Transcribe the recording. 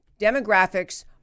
demographics